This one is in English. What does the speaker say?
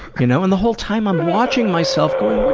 you know and the whole time i'm watching myself going what